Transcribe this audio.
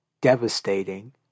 devastating